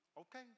Okay